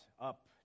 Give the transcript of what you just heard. up